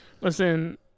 Listen